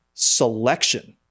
Selection